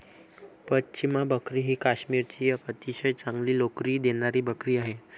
पश्मिना बकरी ही काश्मीरची एक अतिशय चांगली लोकरी देणारी बकरी आहे